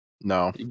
No